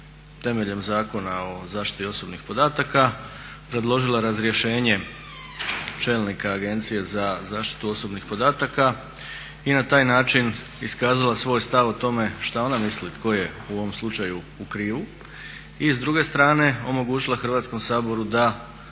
temeljem Zakona o zaštiti osobnih podataka predložila razrješenje čelnika AZOP-a i na taj način iskazala svoj stav o tome što ona misli tko je u ovom slučaju u krivu i s druge strane omogućila Hrvatskom saboru da